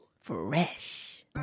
Fresh